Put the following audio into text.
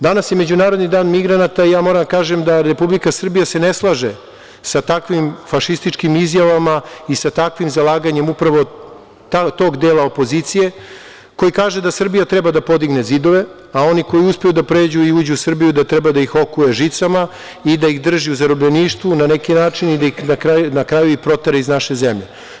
Danas je Međunarodni dan migranata i ja moram da kažem da Republika Srbija se ne slaže sa takvim fašističkim izjavama i sa takvim zalaganjem upravo tog dela opozicije koji kaže da Srbija treba da podigne zidove, a oni koji uspeju da pređu i uđu u Srbiju, da treba da ih okuje žicama i da ih drži u zarobljeništvu, na neki način, i na kraju da ih protera iz naše zemlje.